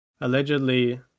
allegedly